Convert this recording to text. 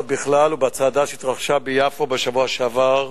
בכלל ובצעדה שהתרחשה ביפו בשבוע שעבר.